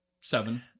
seven